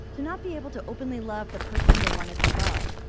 to not be able to openly love the person they wanted to love,